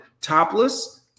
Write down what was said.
Topless